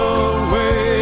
away